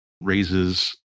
raises